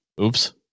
Oops